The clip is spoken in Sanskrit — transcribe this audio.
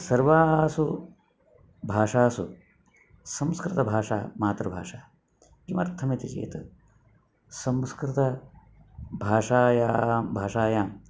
सर्वासु भाषासु संस्कृतभाषा मातृभाषा किमर्थमिति चेत् संस्कृतभाषायां भाषायाम्